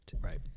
Right